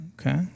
Okay